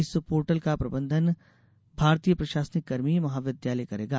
इस पोर्टल का प्रबंधन भारतीय प्रशासनिक कर्मी महाविद्यालय करेगा